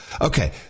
okay